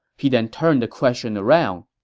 he then turned the question around.